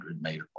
made